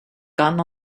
gun